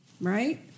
right